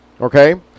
Okay